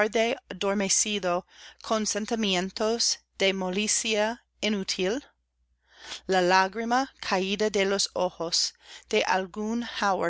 adormecido con sentimientos de molicie inútil la lágrima caída de los ojos de algún